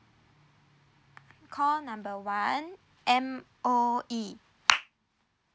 call number one M_O_E